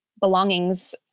belongings